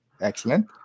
Excellent